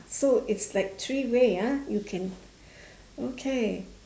so it's like three way ah you can okay